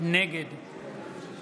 נגד